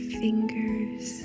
fingers